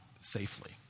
safely